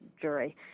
jury